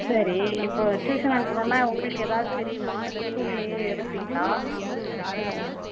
சரி இப்போ டியூஷன் அனுப்புணும்னா உங்களுக்கு எதாவது தெரியுமா இல்லை ஸ்கூலையே எடுப்பிங்களா ஆ